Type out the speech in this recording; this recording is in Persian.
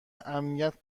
امنیت